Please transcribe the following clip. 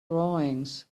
drawings